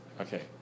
Okay